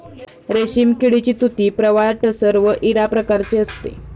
रेशीम किडीची तुती प्रवाळ टसर व इरा प्रकारची असते